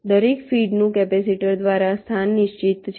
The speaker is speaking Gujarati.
દરેક ફીડનું કેપેસિટર દ્વારા સ્થાન નિશ્ચિત છે